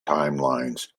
timelines